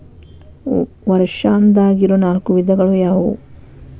ವರ್ಷಾಶನದಾಗಿರೊ ನಾಲ್ಕು ವಿಧಗಳು ಯಾವ್ಯಾವು?